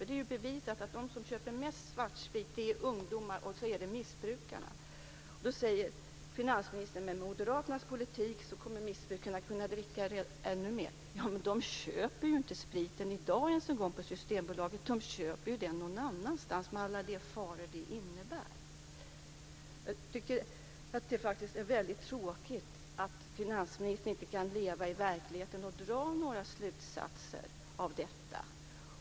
Det är ju bevisat att de som köper mest svartsprit är ungdomar och missbrukare. Finansministern säger att med Moderaternas politik kommer missbrukarna att kunna dricka ännu mer. Ja, men de köper ju inte sprit på Systembolaget, de köper den någon annanstans med alla de faror som det innebär. Det är väldigt tråkigt att finansministern inte kan se verkligheten och dra några slutsatser av den.